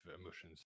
emotions